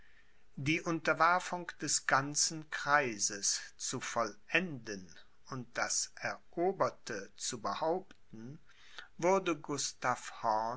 die unterwerfung des ganzen kreises zu vollenden und das eroberte zu behaupten wurde